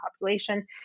population